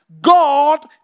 God